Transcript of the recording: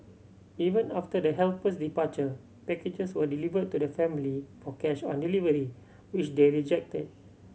even after the helper's departure packages were delivered to the family for cash on delivery which they rejected